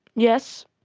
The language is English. yes,